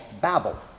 Babel